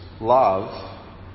love